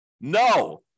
No